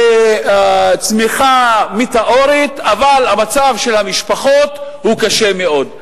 והצמיחה מטאורית, אבל המצב של המשפחות קשה מאוד.